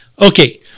Okay